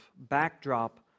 backdrop